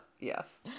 yes